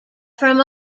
from